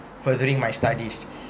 furthering my studies